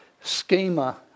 schema